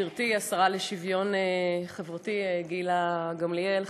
גברתי השרה לשוויון חברתי גילה גמליאל,